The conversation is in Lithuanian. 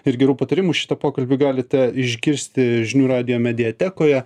ir gerų patarimų šitą pokalbį galite išgirsti žinių radijo mediatekoje